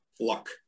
luck